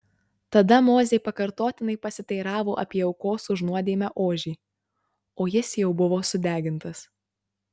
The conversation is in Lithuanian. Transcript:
tada mozė pakartotinai pasiteiravo apie aukos už nuodėmę ožį o jis jau buvo sudegintas